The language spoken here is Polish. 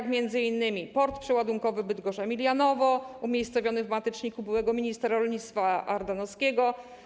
To m.in. port przeładunkowy Bydgoszcz Emilianowo, umiejscowiony w mateczniku byłego ministra rolnictwa Ardanowskiego.